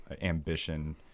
ambition